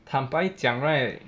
坦白讲 right